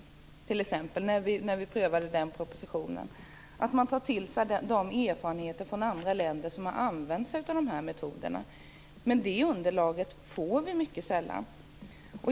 Vi skall t.ex. när vi prövar propositionen ta till oss erfarenheter från andra länder som har använt sig av de här metoderna. Men det underlaget får vi mycket sällan.